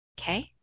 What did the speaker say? okay